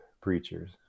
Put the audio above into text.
preachers